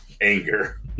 anger